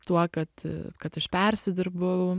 tuo kad kad iš persidirbu